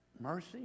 mercy